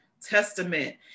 Testament